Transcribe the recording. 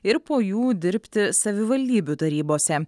ir po jų dirbti savivaldybių tarybose